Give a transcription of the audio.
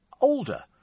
older